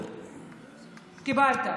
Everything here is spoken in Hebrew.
קיבלת.